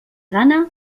gana